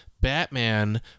Batman